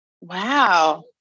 Wow